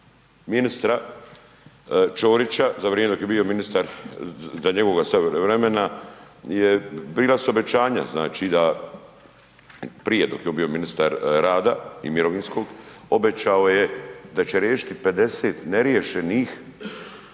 ministra Čorića za vrijeme dok je bio ministar, za njegova vremena bila su obećanja, znači da prije, tok je on bio ministar rada i mirovinskog, obećao je da će riješiti 50 neriješenih